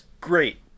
great